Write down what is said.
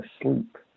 asleep